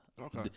Okay